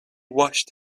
washed